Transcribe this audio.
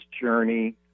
journey